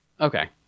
okay